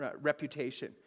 reputation